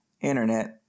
internet